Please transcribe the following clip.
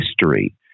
history